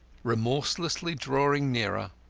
remorselessly drawing nearer,